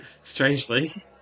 strangely